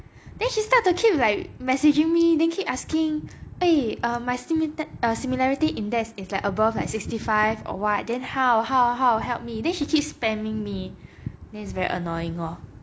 then she start to keep like messaging me then keep asking !hey! my similarity index is like above sixty five or what then how how how help me then she keep spamming me then its very annoying orh